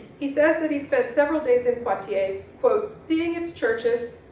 he says that he spent several days in poitiers. quote, seeing its churches,